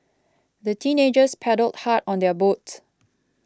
the teenagers paddled hard on their boat